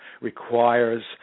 requires